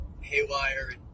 haywire